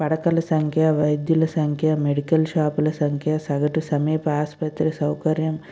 పడకల సంఖ్య వైద్యుల సంఖ్య మెడికల్ షాపుల సంఖ్య సగటు సమీప ఆస్పత్రి సౌకర్యం